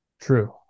True